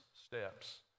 steps